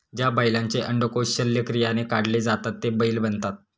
ज्या बैलांचे अंडकोष शल्यक्रियाने काढले जातात ते बैल बनतात